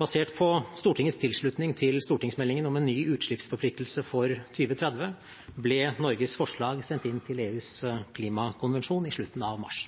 Basert på Stortingets tilslutning til stortingsmeldingen om en ny utslippsforpliktelse for 2030 ble Norges forslag sendt inn til FNs klimakonvensjon i slutten av mars.